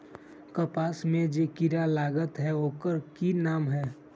कपास में जे किरा लागत है ओकर कि नाम है?